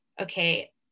okay